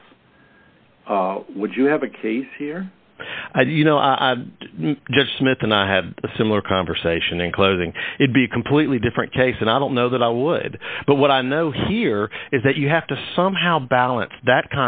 s would you have a case here i do you know i just smith and i had a similar conversation in closing it be a completely different case and i don't know that i would but what i know here is that you have to somehow balance that